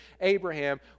Abraham